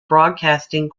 broadcasting